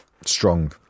strong